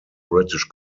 british